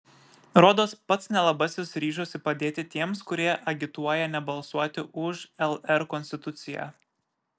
rodos pats nelabasis ryžosi padėti tiems kurie agituoja nebalsuoti už lr konstituciją